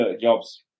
jobs